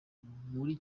muri